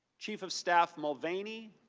chief of staff mulvaney,